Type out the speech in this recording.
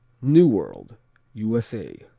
nuworld u s a.